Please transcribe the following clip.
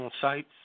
sites